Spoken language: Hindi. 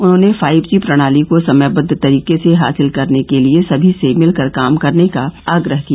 उन्होंने फाइव जी प्रणाली को समयबद्व तरीके से हासिल करने के लिए सभी से मिलकर काम करने का आग्रह किया